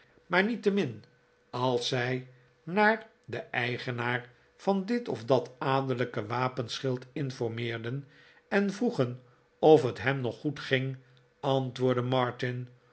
maar niettemin als zij naar den eigenaar van dit of dat adellijke wapenschild informeerden en vroegen of het hem nog goed ging antwoordde martin